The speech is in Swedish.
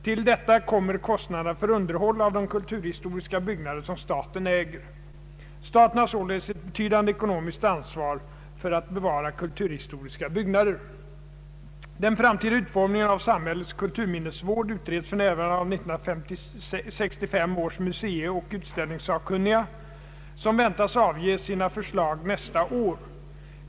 Till detta kommer kostnaderna för underhåll av de kulturhistoriska byggnader som staten äger. Staten har således ett betydande ekonomiskt ansvar för att bevara kulturhistoriska byggnader. Den framtida utformningen av samhällets kulturminnesvård utreds för när varande av 1965 års museioch utställningssakkunniga, som väntas avge sina förslag nästa år.